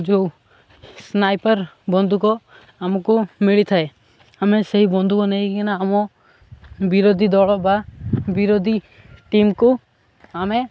ଯେଉଁ ସ୍ନାାଇପର୍ ବନ୍ଧୁକ ଆମକୁ ମିଳିଥାଏ ଆମେ ସେହି ବନ୍ଧୁକ ନେଇକିନା ଆମ ବିରୋଧୀ ଦଳ ବା ବିରୋଧୀ ଟିମ୍କୁ ଆମେ